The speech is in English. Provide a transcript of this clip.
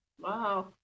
Wow